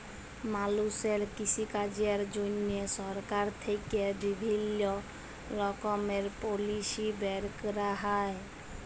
মালুষের কৃষিকাজের জন্হে সরকার থেক্যে বিভিল্য রকমের পলিসি বের ক্যরা হ্যয়